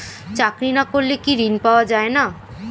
চাকরি না করলে কি ঋণ পাওয়া যায় না?